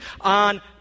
on